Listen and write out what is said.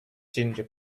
ginger